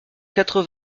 quatre